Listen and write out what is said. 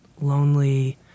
lonely